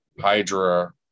Hydra